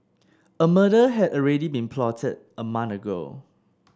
a murder had already been plotted a month ago